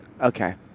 Okay